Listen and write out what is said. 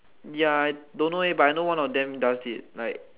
ya I don't know eh but I know one of them does it like